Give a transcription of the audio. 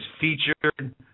featured